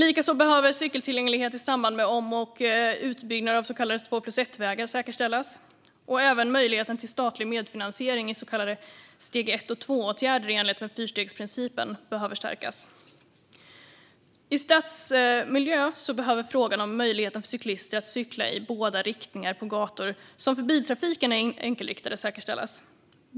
Likaså behöver cykeltillgänglighet i samband med om och utbyggnad av så kallade två-plus-ett-vägar säkerställas. Även möjligheten till statlig medfinansiering av så kallade steg-1-och-2-åtgärder i enlighet med fyrstegsprincipen behöver stärkas. I stadsmiljö behöver frågan om möjligheten för cyklister att cykla i båda riktningar på gator som för biltrafiken är enkelriktade säkerställas.